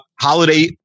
holiday